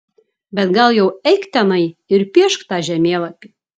bet gal jau eik tenai ir piešk tą žemėlapį